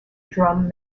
drum